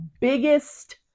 biggest